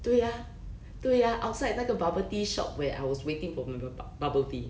对啊对啊 outside 那个 bubble tea shop where I was waiting for my bubble tea